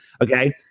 Okay